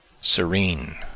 Serene